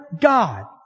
God